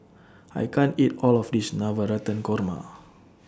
I can't eat All of This Navratan Korma